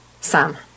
Sam